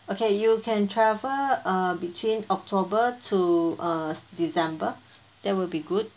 okay you can travel uh between october to uh december that would be good